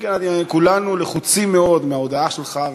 כולנו לחוצים מאוד מההודעה שלך,